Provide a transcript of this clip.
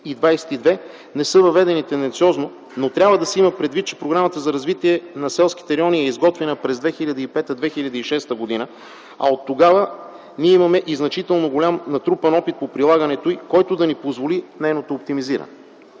и 322 не са въведени тенденциозно, но трябва да се има предвид, че Програмата за развитие на селските райони е изготвена през 2005-2006 г., а оттогава ние имаме и значително голям натрупан опит по прилагането, който да ни позволи нейното оптимизиране.